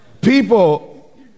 People